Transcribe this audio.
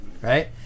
Right